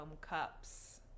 cups